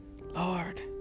Lord